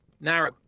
narrow